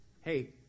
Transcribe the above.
Hey